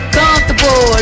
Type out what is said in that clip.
comfortable